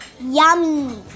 Yummy